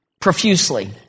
profusely